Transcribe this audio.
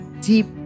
deep